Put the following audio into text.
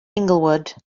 inglewood